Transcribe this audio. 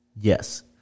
Yes